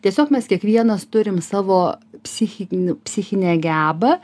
tiesiog mes kiekvienas turim savo psichinių psichinę gebą